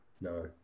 no